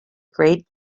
great